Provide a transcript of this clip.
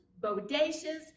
bodacious